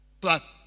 plus